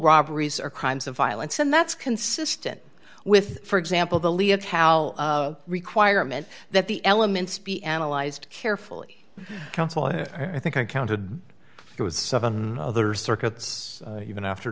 robberies are crimes of violence and that's consistent with for example the league of how requirement that the elements be analyzed carefully counsel i think i counted it was seven other circuits even after